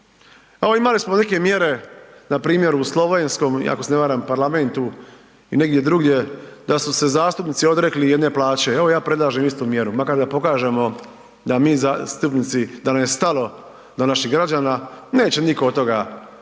imali smo neke mjere npr. u slovenskom ako se ne varam parlamentu i negdje drugdje da su se zastupnici odrekli jedne plaće, evo ja predlažem istu mjeru, makar da pokažemo da mi zastupnici, da nam je stalo do naših građana, neće nitko od toga